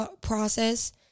process